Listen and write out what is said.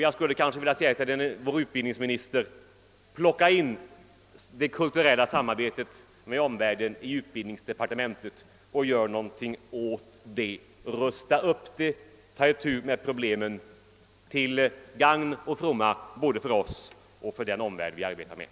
Jag skulle vilja uppmana utbildningsministern att i utbildningsdepartementet plocka in organisationen för det kulturella samarbetet med omvärlden och rusta upp den till gagn både för oss och för omvärlden.